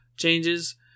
changes